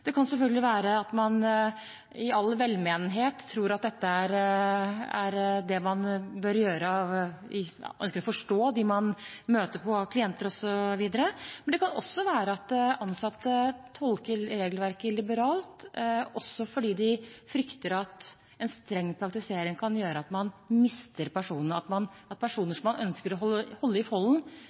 Det kan selvfølgelig være at man er velmenende og tror at dette er det man bør gjøre, man ønsker å forstå dem man møter på av klienter osv. Men det kan også være at ansatte tolker regelverket liberalt også fordi de frykter at en streng praktisering kan gjøre at man mister personene, at personer som man ønsker å holde i